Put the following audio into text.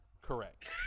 Correct